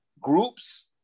groups